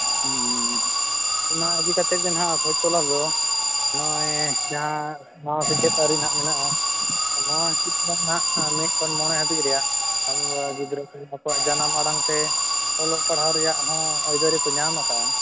ᱦᱩᱸ ᱚᱱᱟ ᱤᱫᱤ ᱠᱟᱛᱮᱫ ᱜᱮ ᱱᱟᱦᱟᱸᱜ ᱠᱷᱚᱡ ᱛᱚᱞᱟᱥ ᱫᱚ ᱱᱚᱜᱼᱚᱭ ᱡᱟᱦᱟᱸ ᱥᱮᱪᱮᱫ ᱟᱹᱨᱤ ᱱᱟᱦᱟᱸᱜ ᱢᱮᱱᱟᱜᱼᱟ ᱱᱚᱣᱟ ᱦᱤᱥᱟᱹᱵᱽ ᱱᱟᱦᱟᱸᱜ ᱢᱤᱫ ᱠᱷᱚᱱ ᱢᱚᱬᱮ ᱦᱟᱹᱵᱤᱡᱽ ᱨᱮᱭᱟᱜ ᱟᱵᱚ ᱨᱮᱱ ᱜᱤᱫᱽᱨᱟᱹ ᱠᱚ ᱟᱠᱚᱣᱟᱜ ᱫᱡᱟᱱᱟᱢ ᱟᱲᱟᱝ ᱛᱮ ᱚᱞᱚᱜ ᱯᱟᱲᱦᱟᱜ ᱨᱮᱭᱟᱜ ᱦᱚᱸ ᱟᱹᱭᱫᱟᱹᱨᱤ ᱠᱚ ᱧᱟᱢᱟᱠᱟᱫᱼᱟ